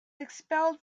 expelled